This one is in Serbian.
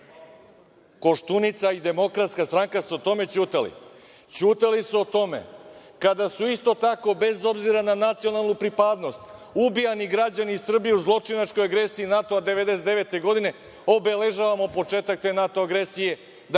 Koštunica i DS su o tome ćutali. Ćutali su o tome kada su isto tako bez obzira na nacionalnu pripadnost ubijani građani Srbije u zločinačkoj agresiji NATO 1999. godine. Obeležavamo početak te NATO agresije